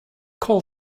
call